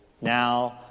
now